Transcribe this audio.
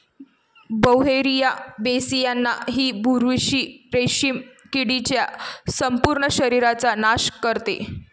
Beauveria bassiana ही बुरशी रेशीम किडीच्या संपूर्ण शरीराचा नाश करते